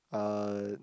uh